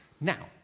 Now